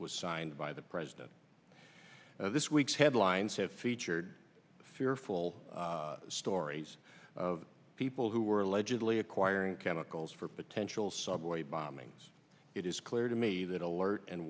was signed by the president as this week's headlines have featured fearful stories of people who were allegedly acquiring chemicals for potential subway bombings it is clear to me that alert and